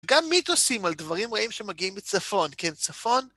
גם מיתוסים על דברים רעים שמגיעים מצפון, כן, צפון,